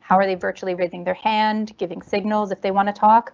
how are they virtually raising their hand giving signals if they want to talk